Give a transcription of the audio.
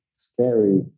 Scary